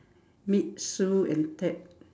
meet Sue and Ted